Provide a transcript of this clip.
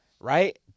right